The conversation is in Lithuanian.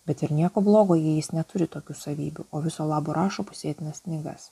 bet ir nieko blogo jei jis neturi tokių savybių o viso labo rašo pusėtinas knygas